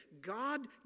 God